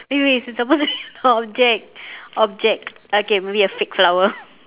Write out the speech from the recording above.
wait wait it's supposed to be an object object okay maybe a fake flower